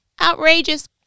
Outrageous